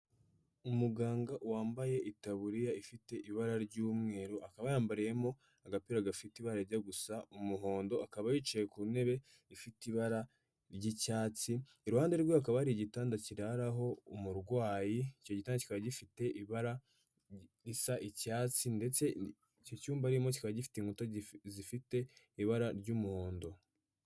Umuganga wambaye itaburiya ifite ibara ry'umweru. Akaba yambariyemo agapira gafite ibara rijya gusa umuhondo. Akaba yicaye ku ntebe ifite ibara ry'icyatsi. Iruhande rwe hakaba hari igitanda kiraraho umurwayi. Icyo gitanda kikaba gifite ibara risa icyatsi, ndetse icyo cyumba arimo kikaba gifite inkuta zifite ibara ry'umuhondo.